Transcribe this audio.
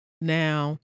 Now